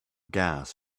gas